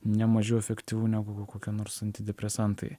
ne mažiau efektyvu negu kokie nors antidepresantai